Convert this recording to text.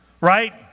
right